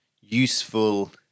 useful